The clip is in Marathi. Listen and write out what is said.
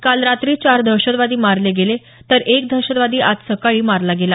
काल रात्री चार दहशतवादी मारले गेले तर एक दहशतवादी आज सकाळी मारला गेला